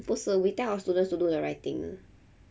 不是 we tell our students to do the right thing ah